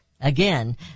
Again